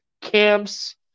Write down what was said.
camps